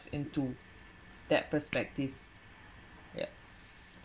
into that perspective yeah